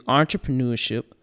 entrepreneurship